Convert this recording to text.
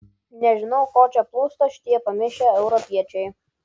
nežinau ko čia plūsta šitie pamišę europiečiai